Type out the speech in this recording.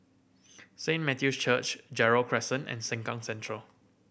Saint Matthew's Church Gerald Crescent and Sengkang Central